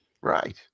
Right